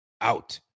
out